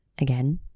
again